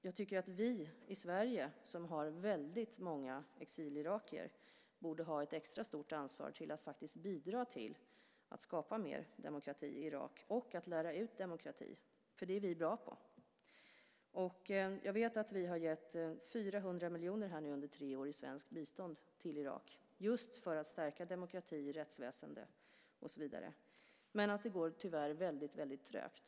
Jag tycker att vi i Sverige, där det finns väldigt många exilirakier, borde ha ett extra stort ansvar att faktiskt bidra till att skapa mer demokrati i Irak och att lära ut demokrati, för det är vi bra på. Jag vet att vi har gett 400 miljoner under tre år i svenskt bistånd till Irak just för att stärka demokrati, rättsväsende och så vidare, men att det tyvärr går väldigt trögt.